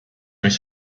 mis